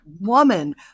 woman